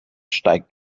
steigt